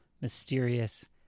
mysterious